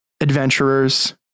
adventurers